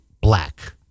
black